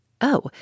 Oh